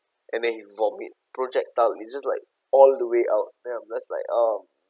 and then he will vomit projectile it just like all the way out then I'm just like oh